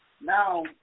now